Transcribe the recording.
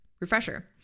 refresher